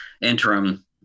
interim